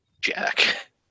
Jack